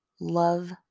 love